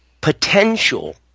potential